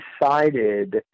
decided